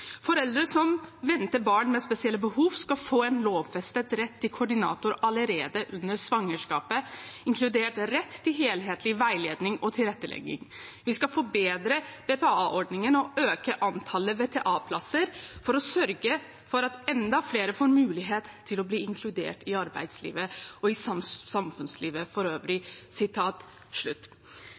Foreldre som venter barn med spesielle behov skal få en lovfestet rett til koordinator allerede under svangerskapet, inkludert rett til helhetlig veiledning og tilrettelegging. Vi skal forbedre BPA-ordningen og øke antallet VTA-plasser for å sørge at enda flere får mulighet til å bli inkludert i arbeidslivet og i samfunnslivet for øvrig.»